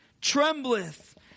Trembleth